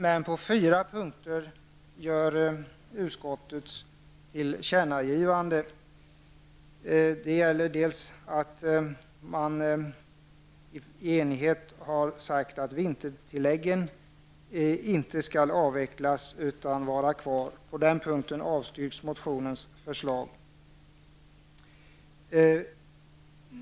Men på fyra punkter gör utskottet tillkännagivanden. Man har i enighet sagt att vintertilläggen inte skall avvecklas. På den punkten avstyrks motionens förslag.